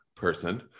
person